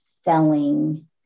selling